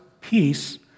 peace